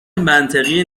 منطقی